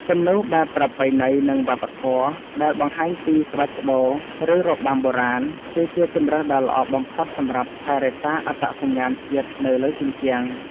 គំនូរបែបប្រពៃណី និងវប្បធម៌ ដែលបង្ហាញពីក្បាច់ក្បូរ ឬរបាំបុរាណ គឺជាជម្រើសដ៏ល្អបំផុតសម្រាប់ថែរក្សាអត្តសញ្ញាណជាតិនៅលើជញ្ជាំង។